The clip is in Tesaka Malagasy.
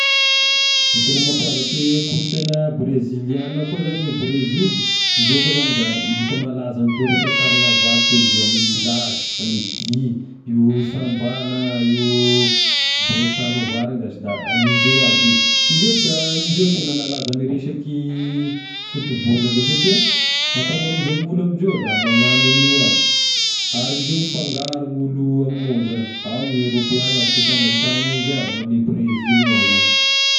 I tena mampiavaky kolonsaina bresilianina koa zashy ny Brezily indreo koa zagny da hita malaza ame toa resaka carnavaly toa indreo ame milahitry, ame dihy: io samba na, io bossa nova regny zashy da hanindreo aby io, indreo-shy da indreo tegna nalaza ame resaky football aloha satria akamarozan'ny olo ame indreo fa magnano an'io aby, ary indreo mifangaro ny olo amign'ny ao zagny, ao ny erôpeana, ny afrikana, ahitagnao izay aby ame Brezily ao zagny.